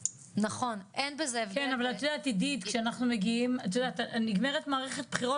טוב, כולם ילכו למיטות עכשיו,